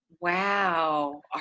Wow